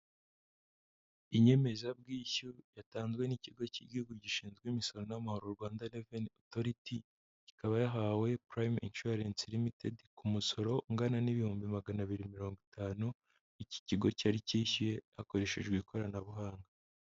Inyemezabwishyu yatanzwe n'ikigo cy'igihugu gishinzwe imisoro n'amahoro Rwanda reveni otoriti ikaba yahawe purayimu inshuwaresi limitedi ku musoro ungana 250,000 iki kigo cyari cyishyuye hakoreshejwe ikoranabuhanga.